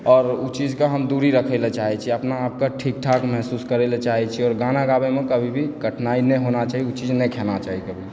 आओर ओ चीजकेँ हम दूरे रखय ला चाहय छी अपनाआपकेँ ठीकठाक महसूस करय ला चाहै छी आओर गाना गाबयमे कभी भी कठिनाइ नहि होना चाही ओ चीज नहि खेनाइ चाही कभी